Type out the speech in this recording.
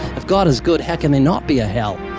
if god is good, how can there not be a hell?